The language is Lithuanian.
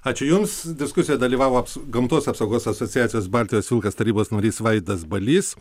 ačiū jums diskusijoje dalyvavo aps gamtos apsaugos asociacijos baltijos vilkas tarybos narys vaidas balys